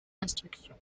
instruction